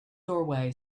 doorway